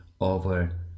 over